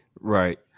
right